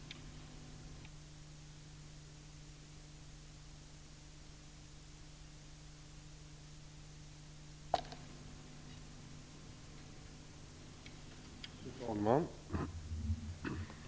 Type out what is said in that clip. Tack!